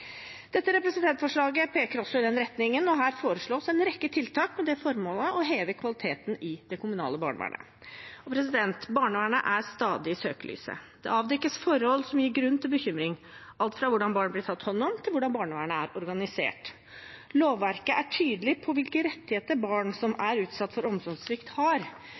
Dette representantforslaget peker også i den retningen, og her foreslås en rekke tiltak med det formål å heve kvaliteten i det kommunale barnevernet. Barnevernet er stadig i søkelyset. Det avdekkes forhold som gir grunn til bekymring, alt fra hvordan barn blir tatt hånd om, til hvordan barnevernet er organisert. Lovverket er tydelig på hvilke rettigheter barn som er utsatt for omsorgssvikt, har.